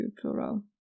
plural